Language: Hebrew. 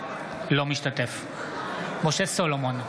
אינו משתתף בהצבעה משה סולומון,